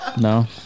No